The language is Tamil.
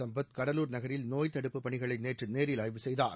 சும்பத் கடலூர் நகரில் நோய்த் தடுப்புப் பணிகளை நேற்று நேரில் ஆய்வு செய்தார்